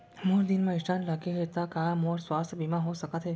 मोर दिल मा स्टन्ट लगे हे ता का मोर स्वास्थ बीमा हो सकत हे?